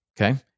okay